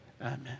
Amen